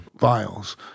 vials